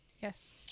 Yes